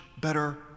better